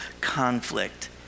conflict